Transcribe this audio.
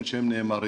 באופן שהם נאמרים,